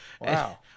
wow